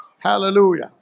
Hallelujah